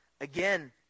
Again